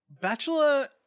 Bachelor